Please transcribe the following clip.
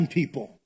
people